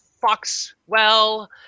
Foxwell